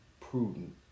prudent